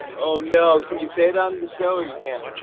oh, no. can you say it on the show, or you can't?